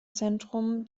zentrum